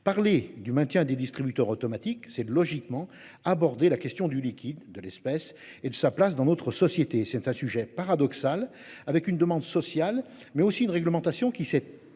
Parler du maintien des distributeurs automatiques c'est logiquement aborder la question du liquide de l'espèce et de sa place dans notre société, c'est un sujet paradoxal avec une demande sociale mais aussi une réglementation qui s'est